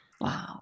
Wow